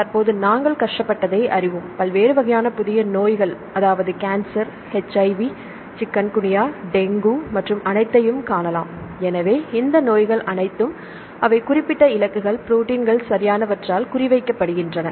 தற்போது நாங்கள் கஷ்டப்பட்டதை நாங்கள் அறிவோம் சரியானவற்றால் குறிவைக்கப்படுகின்றன